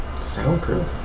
Soundproof